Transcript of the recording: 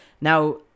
Now